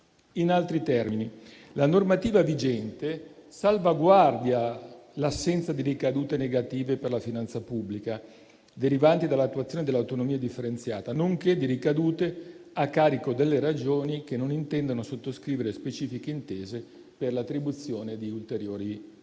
In altri termini, la normativa vigente salvaguarda l'assenza di ricadute negative per la finanza pubblica derivanti dall'attuazione dell'autonomia differenziata, nonché di ricadute a carico delle Regioni che non intendono sottoscrivere specifiche intese per l'attribuzione di ulteriori funzioni.